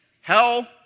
Hell